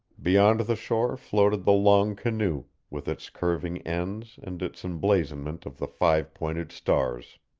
beyond the shore floated the long canoe, with its curving ends and its emblazonment of the five-pointed stars.